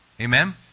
amen